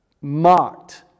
mocked